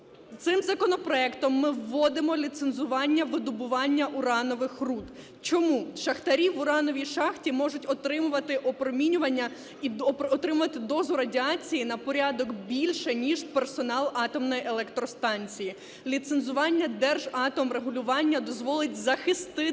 Цим законопроектом ми вводимо ліцензування видобування уранових руд. Чому шахтарі в урановій шахті можуть отримувати опромінювання і отримувати дозу радіації на порядок більш ніж персонал атомної електростанції. Ліцензування Держатомрегулювання дозволить захистити